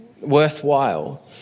worthwhile